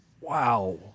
Wow